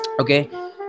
okay